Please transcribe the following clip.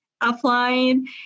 applying